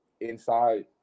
inside